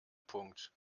punkt